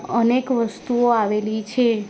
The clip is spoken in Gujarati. અનેક વસ્તુઓ આવેલી છે